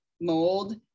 mold